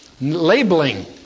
Labeling